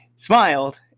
smiled